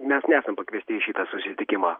mes nesam pakviesti į šitą susitikimą